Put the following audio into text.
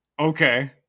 Okay